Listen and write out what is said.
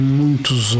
muitos